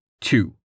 two